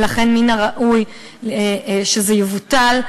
ולכן, מן הראוי שזה יבוטל.